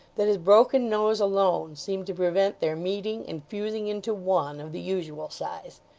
that his broken nose alone seemed to prevent their meeting and fusing into one of the usual size.